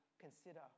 consider